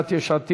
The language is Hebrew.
סיעת יש עתיד,